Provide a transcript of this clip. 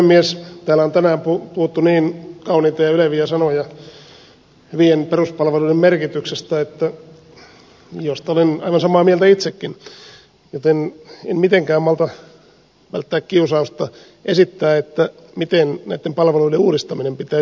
täällä on tänään puhuttu niin kauniita ja yleviä sanoja hyvien peruspalveluiden merkityksestä josta olen aivan samaa mieltä itsekin joten en mitenkään malta välttää kiusausta esittää miten näitten palveluiden uudistaminen pitäisi tehdä